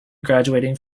graduating